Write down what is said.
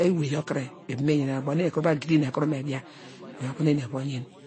ewey yor kire me yena, oyor ubo nu ekuru va gidi me dia oyor ubo nu eni eva yen.